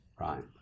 Right